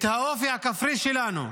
את האופי הכפרי שלנו.